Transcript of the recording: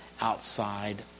outside